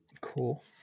Cool